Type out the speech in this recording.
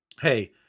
Hey